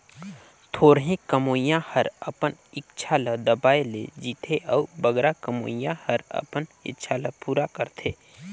थोरहें कमोइया हर अपन इक्छा ल दबाए के जीथे अउ बगरा कमोइया हर अपन इक्छा ल पूरा करथे